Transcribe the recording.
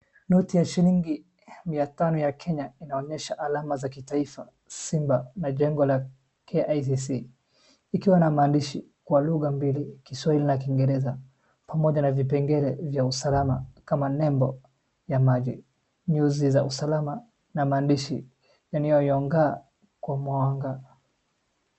Noti ya shilingi mia tano ya Kenya inaonyesha alama za kitaifa, simba na jengo la KICC, ikiwa na maandishi kwa lugha mbili, Kiswahili na Kiingereza, pamoja na vipengele vya usalama kama nembo ya maji, nyuzi za usalama na maandishi yanayoonga kwa mwanga.